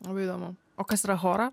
labai įdomu o kas yra hora